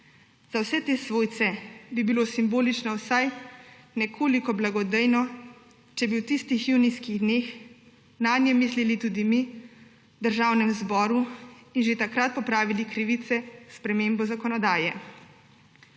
Za vse te svojce bi bilo simbolično vsaj nekoliko blagodejno, če bi v tistih junijskih dneh nanje mislili tudi mi v Državnem zboru in že takrat popravili krivice s spremembo zakonodaje.